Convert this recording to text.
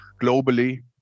globally